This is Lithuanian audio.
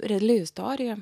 reali istorija